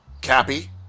Cappy